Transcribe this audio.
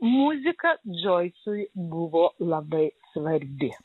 muzika džoisui buvo labai svarbi